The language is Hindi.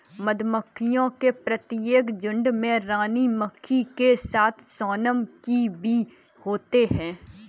मधुमक्खियों के प्रत्येक झुंड में रानी मक्खी के साथ सोनम की भी होते हैं